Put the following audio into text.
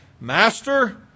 Master